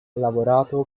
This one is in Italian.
lavorato